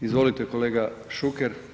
Izvolite kolega Šuker.